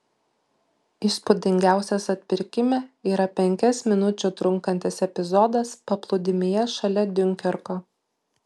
įspūdingiausias atpirkime yra penkias minučių trunkantis epizodas paplūdimyje šalia diunkerko